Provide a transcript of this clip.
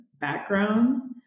backgrounds